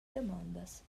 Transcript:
damondas